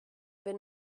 been